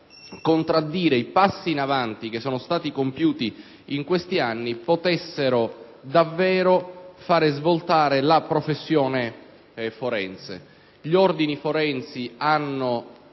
contraddire i passi in avanti compiuti in questi anni, potessero davvero far svoltare la professione forense. Gli ordini forensi hanno